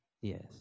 yes